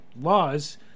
laws